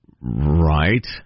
Right